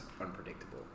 unpredictable